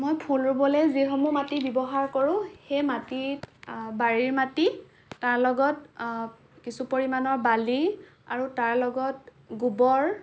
মই ফুল ৰুবলৈ যিসমূহ মাটি ব্যৱহাৰ কৰোঁ সেই মাটিত বাৰীৰ মাটি তাৰ লগত কিছু পৰিমাণৰ বালি আৰু তাৰ লগত গোৱৰ